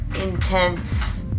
intense